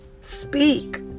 Speak